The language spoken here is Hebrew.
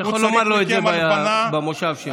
אתה יכול לומר לו את זה מהמושב שלך.